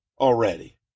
already